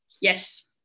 Yes